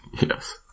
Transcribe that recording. Yes